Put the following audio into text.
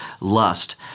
lust